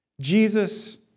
Jesus